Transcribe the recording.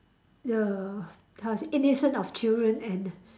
the the innocent of children and